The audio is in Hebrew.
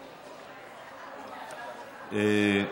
מלינובסקי,